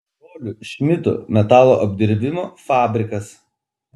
brolių šmidtų metalo apdirbimo fabrikas